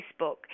Facebook